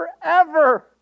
forever